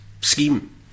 scheme